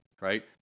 right